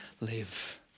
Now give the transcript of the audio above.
live